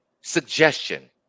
Suggestion